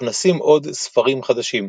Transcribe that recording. מוכנסים עוד ספרים חדשים,